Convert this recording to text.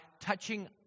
touching